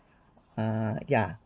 uh ya